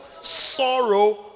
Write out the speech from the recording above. sorrow